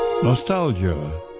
Nostalgia